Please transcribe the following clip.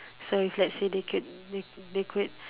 so if let's say they could they they could